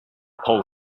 poll